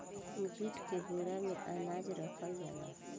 jute के बोरा में अनाज रखल जाला